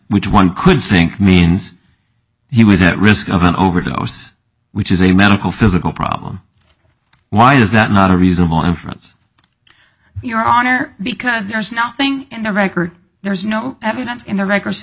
which one could think means he was at risk of an overdose which is a medical physical problem why is that not a reasonable inference your honor because there is nothing in the record there is no evidence in the record